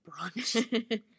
brunch